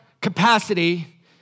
capacity